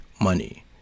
money